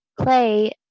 Clay